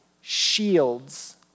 shields